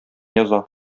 яза